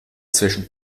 zwischen